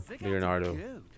Leonardo